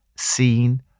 seen